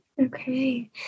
Okay